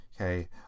Okay